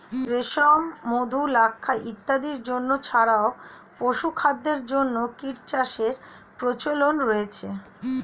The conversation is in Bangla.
রেশম, মধু, লাক্ষা ইত্যাদির জন্য ছাড়াও পশুখাদ্যের জন্য কীটচাষের প্রচলন রয়েছে